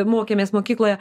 mokėmės mokykloje